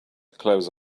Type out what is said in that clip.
close